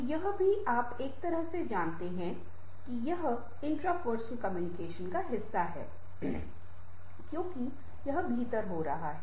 तो यह भी आप एक तरह से जानते हैं कि यह इंट्रपर्सनल कम्युनिकेशन का हिस्सा है क्योंकि यह भीतर हो रहा है